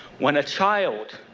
when a child